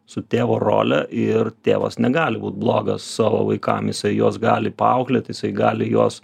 su tėvo role ir tėvas negali būt blogas savo vaikam jisai juos gali paauklėt jisai gali juos